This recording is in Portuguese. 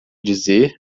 dizer